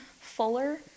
fuller